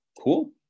Cool